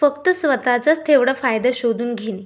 फक्त स्वतःचाच तेवढा फायदा शोधून घेने